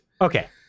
Okay